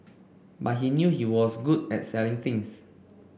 but he knew he was good at selling things